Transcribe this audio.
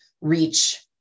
reach